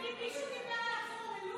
את לא רוצה, אני, מישהו דיבר על לחזור ללוב?